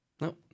no